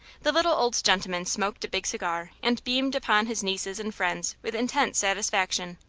the little old gentleman smoked a big cigar and beamed upon his nieces and friends with intense satisfaction,